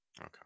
Okay